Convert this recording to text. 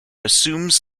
assumes